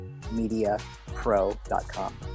MediaPro.com